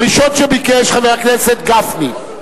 הראשון שביקש, חבר הכנסת גפני.